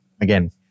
again